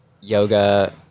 yoga